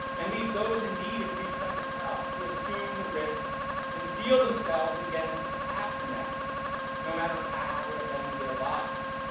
and leaves those in need of reproductive help to assume the risks and steal themselves against after math no matter how it up ends their lives.